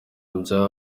bya